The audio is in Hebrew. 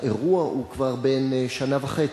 האירוע הוא כבר בן שנה וחצי.